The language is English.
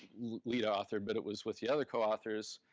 lead author, but it was with the other coauthors.